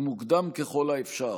מוקדם ככל האפשר,